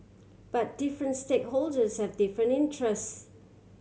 but different stakeholders have different interests